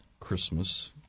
Christmas